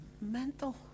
Mental